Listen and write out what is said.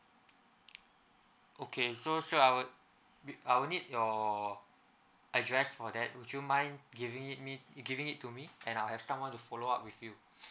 okay so sir I would I would need your address for that would you mind giving it me giving it to me and I have someone to follow up with you